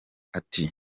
ati